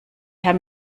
herr